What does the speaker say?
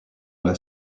alla